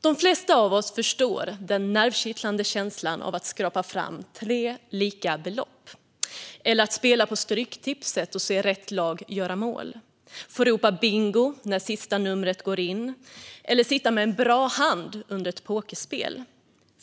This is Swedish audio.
De flesta av oss förstår den nervkittlande känslan av att skrapa fram tre lika belopp, eller att spela på stryktipset och se rätt lag göra mål, att få ropa bingo när sista numret går in eller att sitta med en bra hand under ett pokerspel.